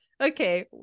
okay